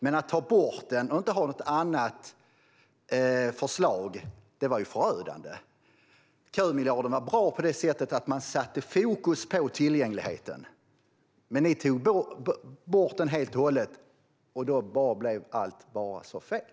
Men att ta bort den och inte ha något annat förslag var förödande. Kömiljarden var bra på det sättet att man satte fokus på tillgängligheten. Men ni tog bort den helt och hållet, och då blev allt bara så fel.